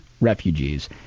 refugees